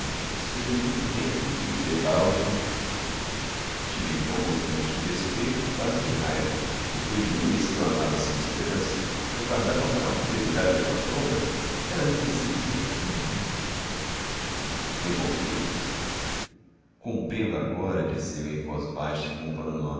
esperei muito tempo e debalde tive então um movimento de despeito e quase de raiva depois de um mês que eu amava sem esperança que eu guardava a maior fidelidade à sua sombra ela me recebia friamente revoltei-me compreendo agora disse eu em voz baixa e como falando